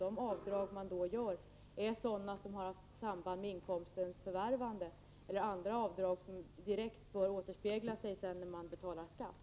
De avdrag man då får göra är sådana som har haft samband med inkomstens förvärvande eller sådana som bör direkt återspeglas när man betalar skatt.